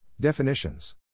Definitions